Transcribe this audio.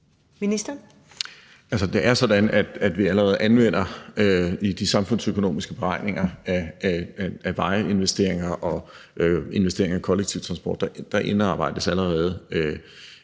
Det er sådan, at i de samfundsøkonomiske beregninger af vejinvesteringer og investeringer i kollektiv transport indarbejdes allerede